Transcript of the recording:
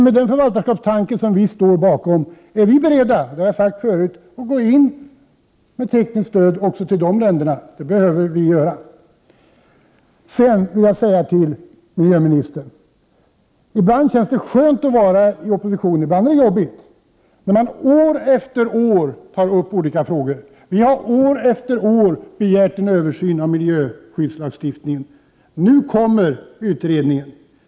Med den förvaltarskapstanke som vi står bakom är vi beredda — och det har jag sagt förut — att ge tekniskt stöd också till dessa länder. Det behöver vi göra. Så till miljöministern. Ibland känns det skönt att vara i opposition. Ibland är det jobbigt när man år efter år får ta upp olika frågor. Vi har år efter år begärt en översyn av miljöskyddslagstiftningen. Nu kommer utredningen.